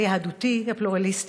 על יהדותי הפלורליסטית,